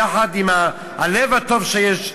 יחד עם הלב הטוב שיש,